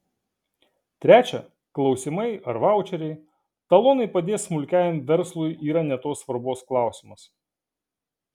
trečia klausimai ar vaučeriai talonai padės smulkiajam verslui yra ne tos svarbos klausimas